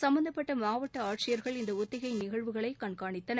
சம்பந்தப்பட்ட மாவட்ட ஆட்சியர்கள் இந்த ஒத்திகை நிகழ்வுகளை கண்காணித்தனர்